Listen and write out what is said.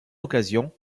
occasion